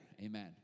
Amen